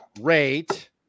rate